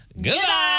Goodbye